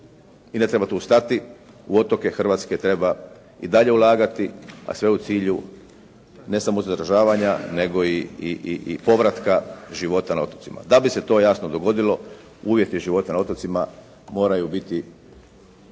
i ne treba tu stati, u otoke hrvatske treba i dalje ulagati a sve u cilju ne samo zadržavanja nego i povratka života na otocima. Da bi se to jasno dogodilo, uvjeti života na otocima moraju biti